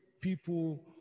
people